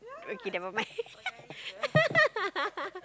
okay never mind